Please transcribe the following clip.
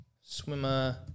Swimmer